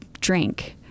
drink